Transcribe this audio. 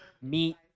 meet